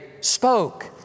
spoke